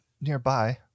nearby